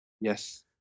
Yes